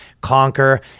conquer